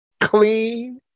clean